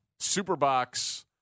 Superbox